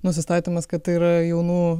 nusistatymas kad tai yra jaunų